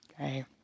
Okay